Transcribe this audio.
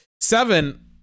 Seven